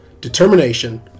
determination